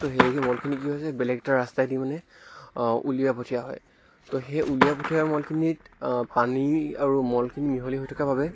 ত' সেই মলখিনি কি হৈছে বেলেগ এটা ৰাস্তাইদি মানে উলিয়াই পঠিওৱা হয় ত' সেই উলিয়াই পঠোৱা মলখিনিত পানী আৰু মলখিনি মিহলি হৈ থকা বাবে